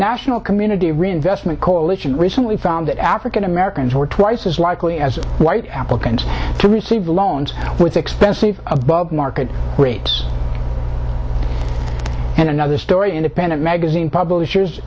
national community reinvestment coalition recently found that african americans were twice as likely as white applicants to receive loans with expenses above market rates and another story independent magazine publishers